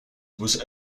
was